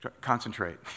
Concentrate